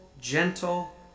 gentle